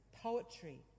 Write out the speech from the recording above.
poetry